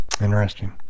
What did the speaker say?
Interesting